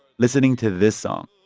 listening to this song,